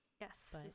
Yes